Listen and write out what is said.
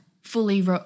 fully